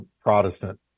Protestant